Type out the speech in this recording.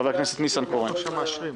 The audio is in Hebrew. חבר הכנסת ניסנקורן, בבקשה.